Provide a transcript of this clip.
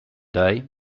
day